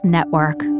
Network